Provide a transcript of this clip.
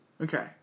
okay